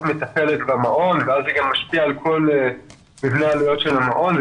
מטפלת במעון ואז זה גם משפיע על כל מבנה העלויות של המעון.